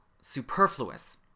superfluous